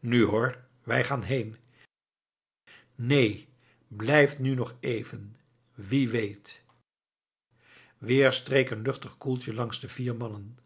nu hoor wij gaan heen neen blijft nu nog even wie weet weer streek een luchtig koeltje langs de vier mannen